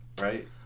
right